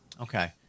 Okay